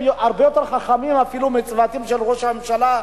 הם הרבה יותר חכמים אפילו מהצוותים של ראש הממשלה.